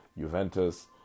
Juventus